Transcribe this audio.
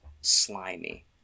slimy